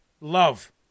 love